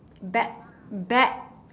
back back